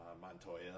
Montoya